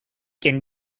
can